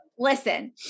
listen